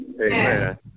Amen